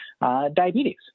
diabetes